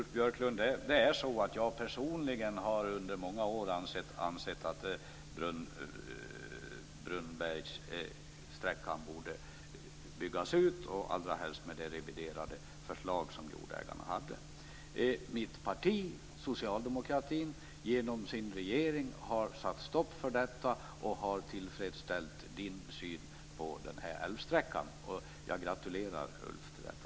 Fru talman! Jag har personligen, Ulf Björklund, under många år ansett att Brunnsbergssträckan borde byggas ut - allra helst med det reviderade förslag som jordägarna hade. Mitt parti - Socialdemokraterna - har genom sin regering satt stopp för detta och tillfredsställt Ulf Björklunds syn på älvsträckan. Jag gratulerar Ulf till detta.